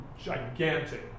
gigantic